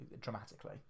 dramatically